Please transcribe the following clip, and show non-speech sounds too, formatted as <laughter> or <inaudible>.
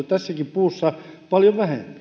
<unintelligible> tässäkin puussa paljon vähemmän